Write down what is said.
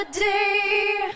day